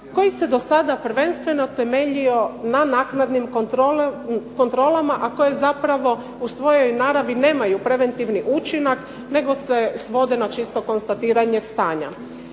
koji se do sada prvenstveno temeljio na naknadnim kontrolama, a koje zapravo u svojoj naravi nemaju preventivni učinak nego se svode na čisto konstatiranje stanja.